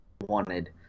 wanted